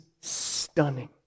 stunning